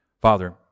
Father